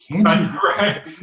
Right